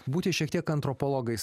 būti šiek tiek antropologais